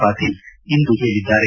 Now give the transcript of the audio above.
ಪಾಟೀಲ್ ಇಂದು ಹೇಳದ್ದಾರೆ